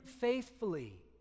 faithfully